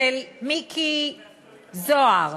של מיקי זוהר,